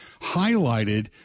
highlighted